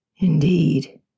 Indeed